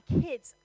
kids